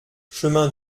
chemin